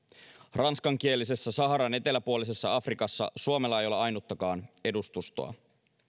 ranskankielisessä saharan eteläpuolisessa afrikassa suomella ei ole ainuttakaan edustustoa